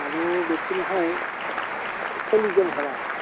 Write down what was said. মানুহ বেছি নহয় চল্লিছজন ধৰা